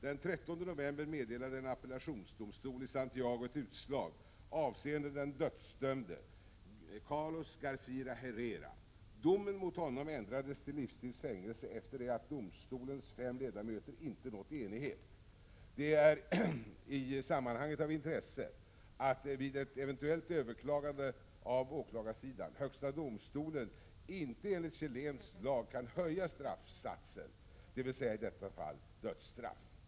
Den 13 november meddelade en appellationsdomstol i Santiago ett utslag avseende den dödsdömde Carlos Garcia Herrera. Domen mot honom ändrades till livstids fängelse efter det att domstolens fem ledamöter inte nått enighet. Det är i sammanhanget av intresse att högsta domstolen vid ett eventuellt överklagande från åklagarsidan inte enligt chilensk lag kan höja straffsatsen, dvs. i detta fall till dödsstraff.